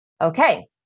Okay